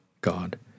God